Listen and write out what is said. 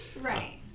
Right